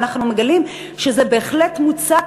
ואנחנו מגלים שזה בהחלט מוצק,